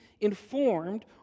informed